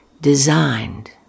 designed